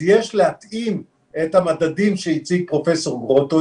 יש להתאים את המדדים שהציג פרופ' גרוטו,